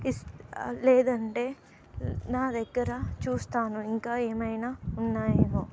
లేదంటే నా దగ్గర చూస్తాను ఇంకా ఏమైనా ఉన్నాయేమో